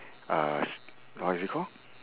uh s~ what is it called